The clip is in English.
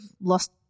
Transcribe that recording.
lost